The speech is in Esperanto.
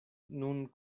nun